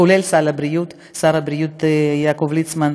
כולל שר הבריאות יעקב ליצמן,